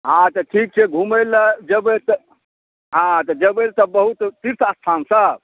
हँ तऽ ठीक छै घुमै लऽ जयबै तऽ हाँ तऽ जयबै तऽ बहुत तीर्थ स्थान सभ